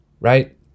right